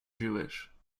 jewish